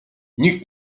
nikt